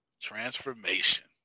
Transformation